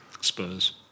Spurs